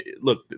look